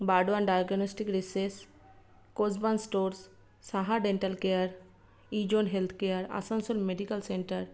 Burdwan diagnostic research কোসবান stores Saha dental care ইজোন healthcare Asansol medical centre